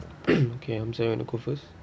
okay you want to go first